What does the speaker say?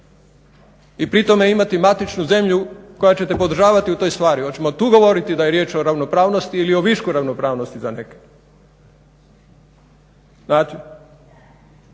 i pri tome imati matičnu zemlju koja ćete podržavati u toj stvari, hoćemo tu govoriti da je riječ o ravnopravnosti ili o višku ravnopravnosti za neke? Znate,